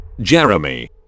Jeremy